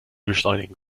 beschleunigen